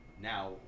now